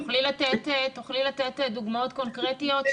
תוכלי לתת דוגמאות קונקרטיות,